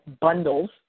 bundles